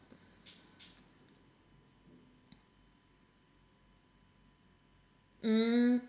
mm